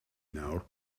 nawr